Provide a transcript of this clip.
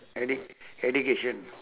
edu~ education